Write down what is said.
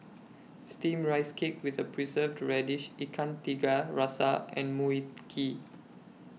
Steamed Rice Cake with The Preserved Radish Ikan Tiga Rasa and Mui Kee